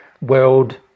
world